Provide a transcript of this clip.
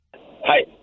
Hi